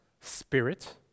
Spirit